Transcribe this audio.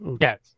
Yes